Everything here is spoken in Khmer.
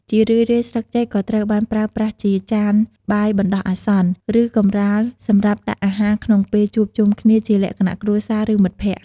ជារឿយៗ ស្លឹកចេកក៏ត្រូវបានប្រើប្រាស់ជា ចានបាយបណ្តោះអាសន្ន ឬកម្រាលសម្រាប់ដាក់អាហារក្នុងពេលជួបជុំគ្នាជាលក្ខណៈគ្រួសារ ឬមិត្តភក្តិ។